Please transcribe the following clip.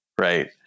Right